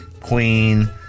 Queen